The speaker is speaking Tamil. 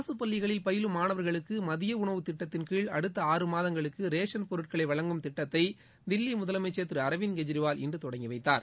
அரசு பள்ளிகளில் பயிலும் மாணவர்களுக்கு மதிய உணவு திட்டத்தின்கீழ் அடுத்த ஆறு மாதங்களுக்கு ரேஷன் பொருட்களை வழங்கும் திட்டத்தை தில்வி முதலமைச்சர் திரு அரவிந்த் கெஜ்ரிவால் இன்று தொடங்கி வைத்தார்